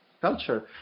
culture